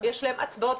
יש להם הצבעות,